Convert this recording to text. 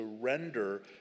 surrender